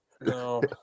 No